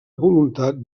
voluntat